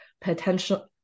potential